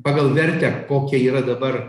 pagal vertę kokia yra dabar